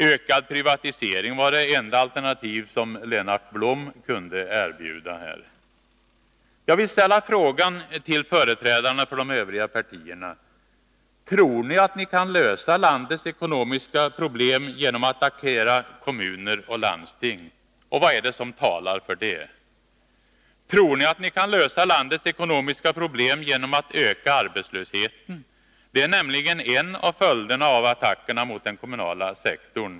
Ökad privatisering var det enda alternativ som Lennart Blom kunde erbjuda här. Jag vill ställa följande frågor till företrädarna för de övriga partierna: Tror ni att ni kan lösa landets ekonomiska problem genom att attackera kommuner och landsting? Vad är det som talar för det? Tror ni att ni kan lösa landets ekonomiska problem genom att öka arbetslösheten? Det är nämligen en av följderna av attackerna mot den kommunala sektorn.